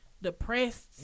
Depressed